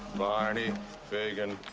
barney fagan,